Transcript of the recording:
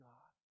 God